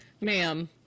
Ma'am